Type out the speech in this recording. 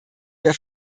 der